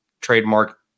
trademark